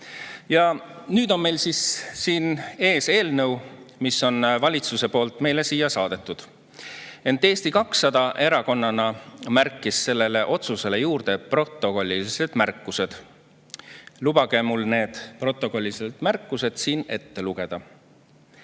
Ja nüüd on meil siis ees eelnõu, mille valitsus on siia saatnud. Ent Eesti 200 erakonnana lisas sellele otsusele juurde protokollilised märkused. Lubage mul need protokollilised märkused siin ette lugeda.